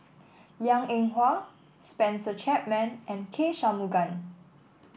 Liang Eng Hwa Spencer Chapman and K Shanmugam